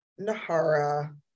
Nahara